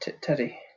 Teddy